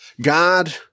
God